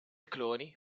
cloni